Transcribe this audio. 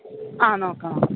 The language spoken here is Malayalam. ആ നോക്കാം